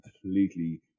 completely